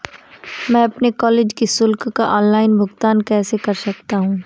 मैं अपने कॉलेज की शुल्क का ऑनलाइन भुगतान कैसे कर सकता हूँ?